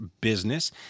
business